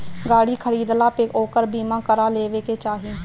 गाड़ी खरीदला पे ओकर बीमा करा लेवे के चाही